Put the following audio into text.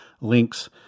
links